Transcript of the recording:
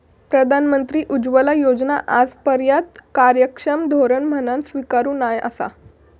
प्रधानमंत्री उज्ज्वला योजना आजूनपर्यात कार्यक्षम धोरण म्हणान स्वीकारूक नाय आसा